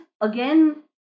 again